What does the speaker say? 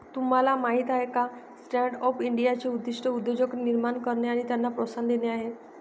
तुम्हाला माहीत आहे का स्टँडअप इंडियाचे उद्दिष्ट उद्योजक निर्माण करणे आणि त्यांना प्रोत्साहन देणे आहे